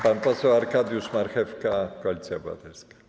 Pan poseł Arkadiusz Marchewka, Koalicja Obywatelska.